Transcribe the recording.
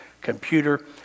computer